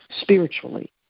spiritually